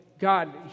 God